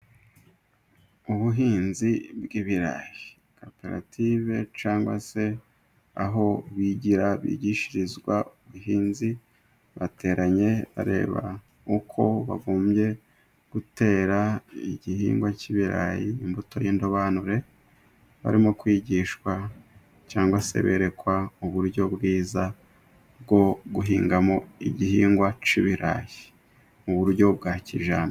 Ubuhinzi bw'ibirayi, koperative cyangwa se aho bigira bigishirizwa ubuhinzi bateranye bareba uko bagombye gutera igihingwa cy'ibirayi. Imbuto y'indobanure barimo kwigishwa cyangwa se berekwa uburyo bwiza bwo guhingamo igihingwa cy'ibirayi, mu buryo bwa kijyambere.